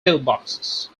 pillboxes